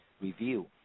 review